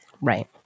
Right